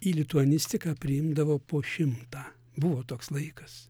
į lituanistiką priimdavo po šimtą buvo toks laikas